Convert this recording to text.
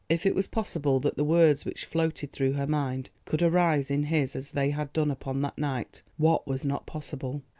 if it was possible that the words which floated through her mind could arise in his as they had done upon that night, what was not possible?